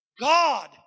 God